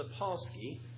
Sapolsky